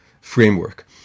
framework